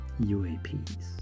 UAPs